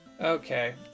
Okay